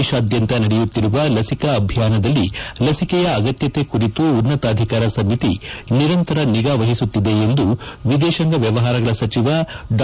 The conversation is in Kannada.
ದೇಶಾದ್ನಂತ ನಡೆಯುತ್ತಿರುವ ಲಸಿಕಾ ಅಭಿಯಾನದಲ್ಲಿ ಲಚಿಕೆಯ ಅಗತ್ನತೆ ಕುರಿತು ಉನ್ನತಾಧಿಕಾರ ಸಮಿತಿ ನಿರಂತರ ನಿಗಾ ವಹಿಸುತ್ತಿದೆ ಎಂದು ವಿದೇಶಾಂಗ ವ್ಯವಹಾರಗಳ ಸಚಿವ ಡಾ